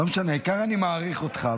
לא משנה, העיקר שאני מעריך אותך.